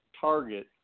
target